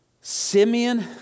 Simeon